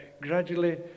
gradually